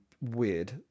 weird